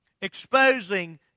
exposing